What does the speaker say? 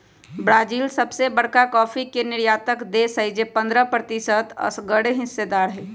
Brazil सबसे बरका coffee के निर्यातक देश हई जे पंडह प्रतिशत असगरेहिस्सेदार हई